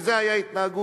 וזו היתה ההתנהגות.